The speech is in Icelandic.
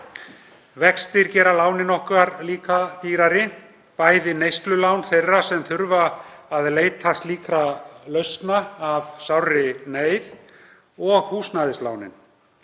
Vextir gera lánin okkar líka dýrari, bæði neyslulán þeirra sem þurfa að leita slíkra lausna í sárri neyð og húsnæðislánin.